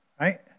Right